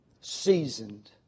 seasoned